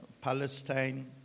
Palestine